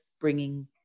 bringing